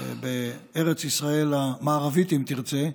בארץ ישראל המערבית, אם תרצה,